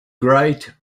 great